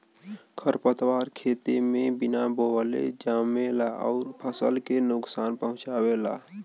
खरपतवार खेते में बिना बोअले जामेला अउर फसल के नुकसान पहुँचावेला